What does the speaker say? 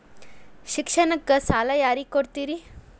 ಶಿಕ್ಷಣಕ್ಕ ಸಾಲ ಯಾರಿಗೆ ಕೊಡ್ತೇರಿ?